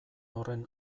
horren